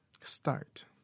start